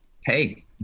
Hey